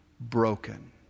broken